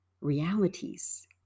realities